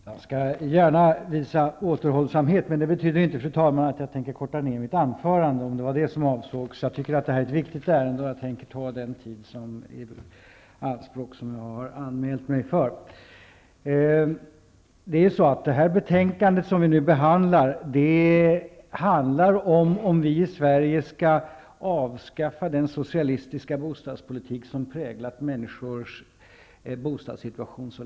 Fru talman! Jag skall gärna visa återhållsamhet men det betyder inte att jag tänker korta ned mitt anförande. Jag tycker detta är ett viktigt ärende och jag tänker ta den tid i anspråk som jag har anmält mig för. Det betänkande vi nu behandlar gäller om vi i Sverige skall avskaffa den socialistiska bostadspolitik som så länge präglat människors boendesituation.